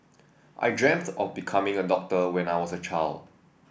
I dreamt of becoming a doctor when I was a child